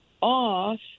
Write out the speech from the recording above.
off